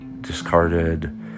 discarded